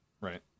right